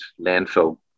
landfill